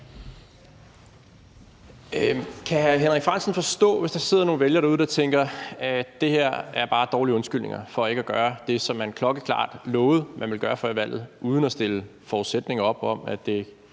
hr. Henrik Frandsen forstå, hvis der sidder nogle vælgere derude, der tænker, at det her bare er dårlige undskyldninger for ikke at gøre det, som man klokkeklart lovede man ville gøre før valget, uden at stille forudsætninger op om, at det